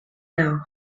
now